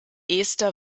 ester